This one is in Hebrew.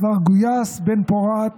כבר גויס בן-פורת